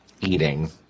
eating